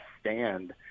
stand